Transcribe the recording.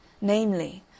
namely